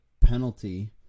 penalty